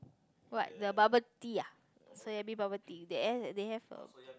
what the bubble tea ah soya bean bubble tea they they have a